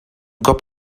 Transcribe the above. cop